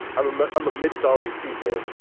i'm ah i'm amidst all these people,